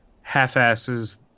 half-asses